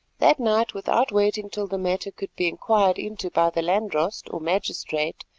that night, without waiting till the matter could be inquired into by the landdrost or magistrate,